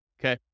Okay